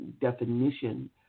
definition